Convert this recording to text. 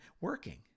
working